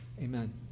Amen